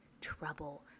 trouble